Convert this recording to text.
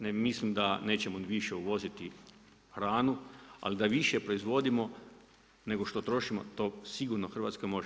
Ne mislim da nećemo više uvoziti hranu, ali da više proizvodimo, nego što trošimo, to sigurno Hrvatska može.